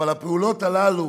אבל הפעולות הללו,